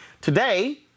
Today